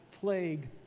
plague